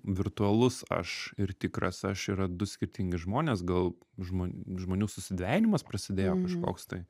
virtualus aš ir tikras aš yra du skirtingi žmonės gal žmon žmonių susidvejinimas prasidėjo kažkoks tai